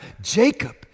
Jacob